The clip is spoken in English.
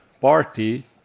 party